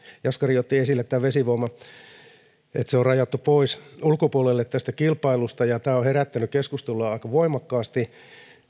jaskari otti esille sen että vesivoima on rajattu pois ulkopuolelle tästä kilpailusta ja tämä on herättänyt keskustelua aika voimakkaasti